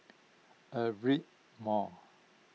Aperia Mall